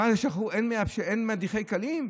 אין מדיחי כלים?